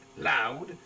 loud